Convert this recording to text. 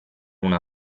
una